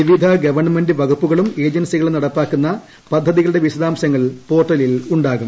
വിവിധ ഗവൺമെന്റ് വകുപ്പുകളും ഏജൻസികളും നടപ്പാക്കുന്ന പദ്ധതികളുടെ വിശദാംശങ്ങൾ പോർട്ടലിൽ ഉണ്ടാകും